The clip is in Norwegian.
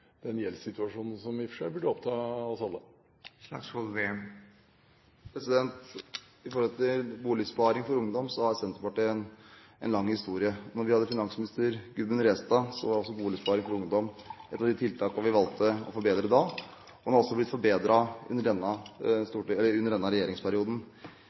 som i og for seg burde oppta oss alle? Når det gjelder Boligsparing for ungdom, har Senterpartiet en lang historie. Da vi hadde finansminister Gudmund Restad, var Boligsparing for ungdom et av de tiltakene vi valgte å forbedre da. De har også blitt forbedret under denne regjeringsperioden.